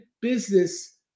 business